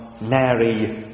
Mary